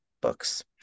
books